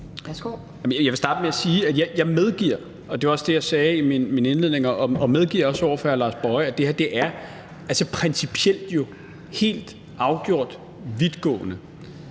Jeg vil starte med at sige, at jeg medgiver – og det var også det, jeg sagde i min indledning – og også over for hr. Lars Boje Mathiesen, at det her jo principielt helt afgjort er vidtgående.